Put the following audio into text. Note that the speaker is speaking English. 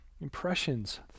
impressions